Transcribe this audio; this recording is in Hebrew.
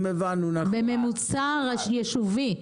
בממוצע יישובי.